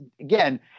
again